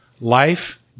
life